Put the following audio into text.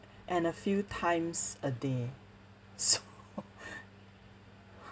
and a few times a day so